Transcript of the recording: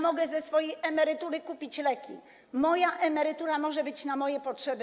Mogę ze swojej emerytury kupić leki, moja emerytura może być przeznaczana na moje potrzeby.